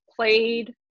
played